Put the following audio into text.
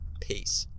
peace